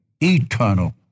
eternal